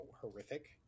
horrific